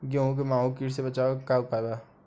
गेहूँ में माहुं किट से बचाव के का उपाय बा?